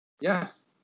Yes